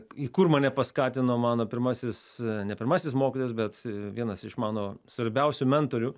į kur mane paskatino mano pirmasis ne pirmasis mokytojas bet vienas iš mano svarbiausių mentorių